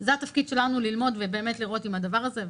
זה התפקיד שלנו ללמוד ובאמת לראות אם הדבר הזה,